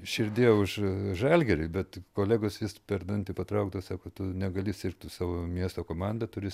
širdyje už žalgirį bet kolegos vis per dantį patraukdavo sako tu negali sirgt už savo miesto komandą turi